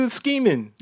scheming